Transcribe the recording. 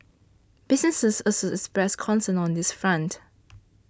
businesses also expressed concern on this front